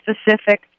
specific